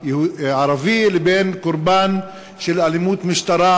לבין קורבן אתיופי של אלימות משטרה?